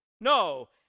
No